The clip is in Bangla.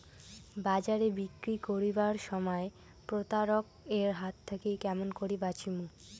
বাজারে বিক্রি করিবার সময় প্রতারক এর হাত থাকি কেমন করি বাঁচিমু?